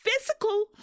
physical